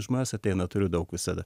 žmonės ateina turiu daug visada